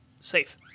safe